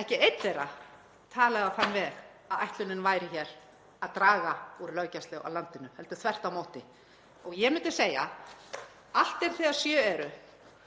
Ekki einn þeirra talaði á þann veg að ætlunin væri að draga úr löggæslu á landinu, heldur þvert á móti. Ég myndi segja: Allt er þegar sjö eru